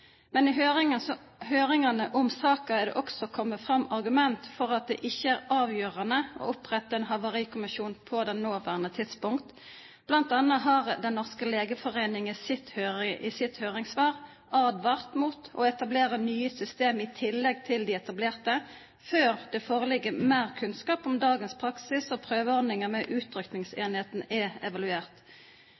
Men i høringene om saken er det også kommet fram argumenter for at det ikke er avgjørende å opprette en havarikommisjon på det nåværende tidspunkt. Blant annet har Den norske legeforening i sitt høringssvar advart mot å etablere nye system i tillegg til de etablerte, før det foreligger mer kunnskap om dagens praksis og prøveordningen med utrykningsenheten er evaluert.